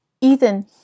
ethan